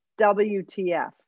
WTF